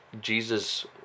Jesus